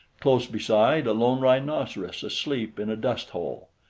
close beside a lone rhinoceros asleep in a dust-hole.